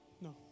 No